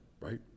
right